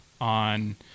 on